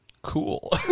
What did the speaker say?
Cool